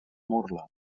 murla